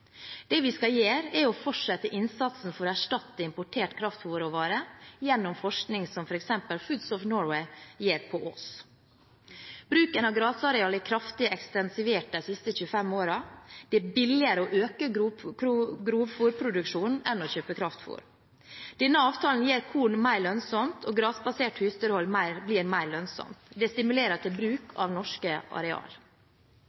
Det vi skal gjøre, er å fortsette innsatsen for å erstatte importert kraftfôrråvare gjennom forskning som f.eks. Foods of Norway gjør på Ås. Bruken av grasarealer er kraftig ekstensivert de siste 25 årene. Det er billigere å øke grovfôrproduksjonen enn å kjøpe kraftfôr. Denne avtalen gjør korn mer lønnsomt, og grasbasert husdyrhold blir mer lønnsomt. Det stimulerer til bruk av norske